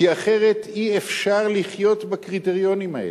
כי אחרת אי-אפשר לחיות בקריטריונים האלה.